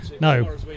No